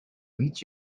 meet